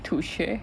吐血